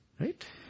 Right